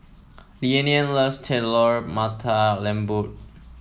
Leann loves Telur Mata Lembu